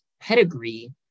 pedigree